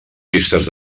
pistes